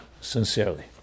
sincerely